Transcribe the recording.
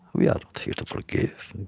we aren't here to forgive.